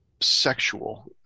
sexual